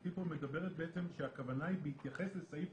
חברתי מדברת שהכוונה בהתייחס לסעיף